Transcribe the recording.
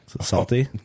salty